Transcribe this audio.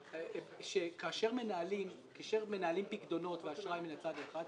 שכאשר מנהלים פיקדונות ואשראי מצד אחד,